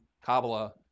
Kabbalah